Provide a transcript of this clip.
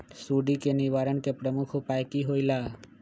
सुडी के निवारण के प्रमुख उपाय कि होइला?